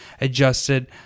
adjusted